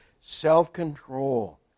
Self-control